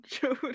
Jody